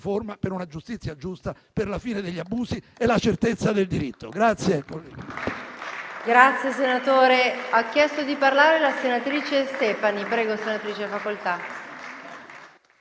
riforma per una giustizia giusta, per la fine degli abusi e la certezza del diritto.